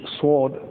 sword